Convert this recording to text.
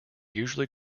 usually